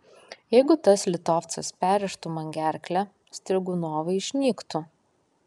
jeigu tas litovcas perrėžtų man gerklę strigunovai išnyktų